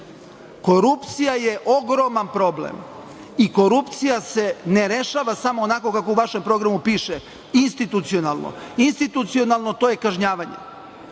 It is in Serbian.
Korupcija je ogroman problem i korupcija se ne rešava sako onako kao u vašem programu piše, institucionalno. Institucionalno je kažnjavanje.